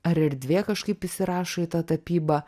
ar erdvė kažkaip įsirašo į tą tapybą